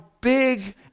big